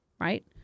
right